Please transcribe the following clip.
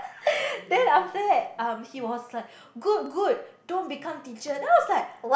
then after that um he was like good good don't become teacher then I was like